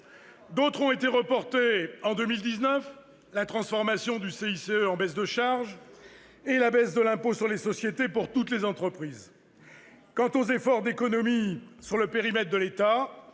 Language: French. D'autres ont été reportées en 2019, comme la transformation du CICE en baisse de charges et la diminution de l'impôt sur les sociétés pour toutes les entreprises. Quant aux efforts d'économies sur le périmètre de l'État,